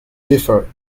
differ